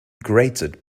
grated